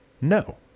no